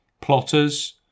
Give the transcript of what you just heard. Plotters